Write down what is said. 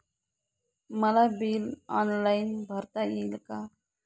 मला bill online भरता येईल का?